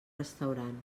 restaurant